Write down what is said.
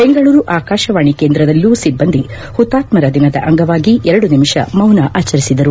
ಬೆಂಗಳೂರು ಅಕಾಶವಾಣಿ ಕೇಂದ್ರದಲ್ಲೂ ಸಿಬ್ಬಂದಿ ಹುತಾತ್ಮರ ದಿನದ ಅಂಗವಾಗಿ ಎರಡು ನಿಮಿಷ ಮೌನ ಆಚರಿಸಿದರು